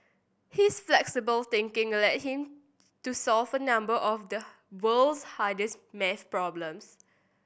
his flexible thinking led him to solve a number of the world's hardest math problems